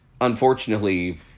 Unfortunately